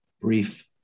brief